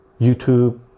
YouTube